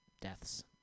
deaths